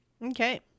Okay